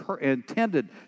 intended